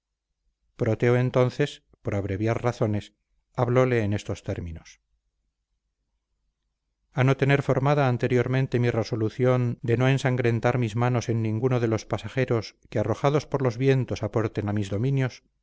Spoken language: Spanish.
proteo entonces por abreviar razones hablóle en estos términos a no tener formada anteriormente mi resolución de no ensangrentar mis manos en ninguno de los pasajeros que arrojados por los vientos aporten a mis dominios